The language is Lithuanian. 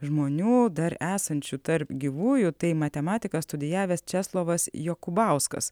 žmonių dar esančių tarp gyvųjų tai matematiką studijavęs česlovas jokūbauskas